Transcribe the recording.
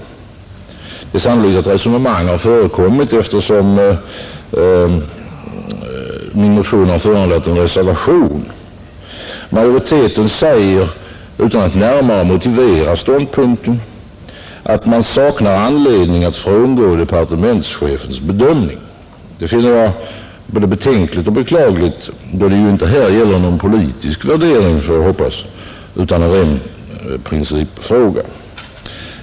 Det är dock sannolikt att resonemang har förekommit under utskottsbehandlingen, eftersom min motion har föranlett en reservation. Majoriteten säger sig — utan att närmare motivera sin ståndpunkt — sakna anledning att frångå departementschefens bedömning. Det finner jag både betänkligt och beklagligt, då det här inte gäller en politisk värdering — hoppas jag — utan en ren principfråga.